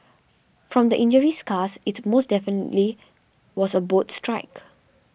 from the injury scars it most definitely was a boat strike